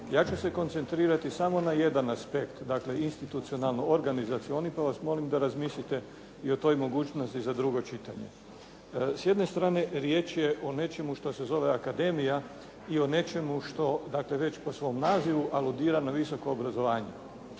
Ja ću se koncentrirati samo na jedan aspekt, dakle institucionalno organizacioni, pa vas molim da razmislite i o toj mogućnosti za drugo čitanje. S jedne strane riječ je o nečemu što se zove akademija i o nečemu što dakle već po svom nazivu aludira na visoko obrazovanje.